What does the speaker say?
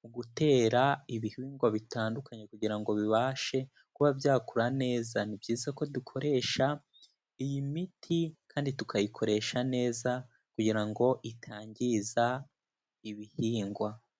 mu gutera ibihingwa bitandukanye kugira ngo bibashe kuba byakura neza. Ni byiza ko dukoresha iyi miti kandi tukayikoresha neza kugira ngo itangiza ibihingwa.